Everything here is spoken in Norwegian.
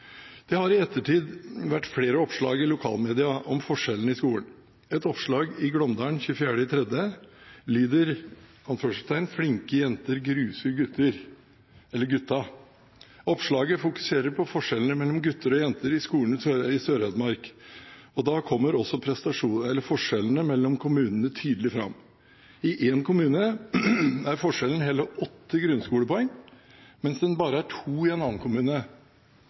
Det har i ettertid vært flere oppslag i lokalmedia om forskjellene i skolen. Overskriften i et oppslag i Glåmdalen 24. mars lyder: «Flinke jenter gruser gutta». Oppslaget fokuserer på forskjellene mellom gutter og jenter i skolen i sør-Hedmark, og da kommer også forskjellene mellom kommunene tydelig fram. I en kommune er forskjellen hele 8 grunnskolepoeng, mens den er bare 2 i en annen kommune.